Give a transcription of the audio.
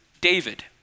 David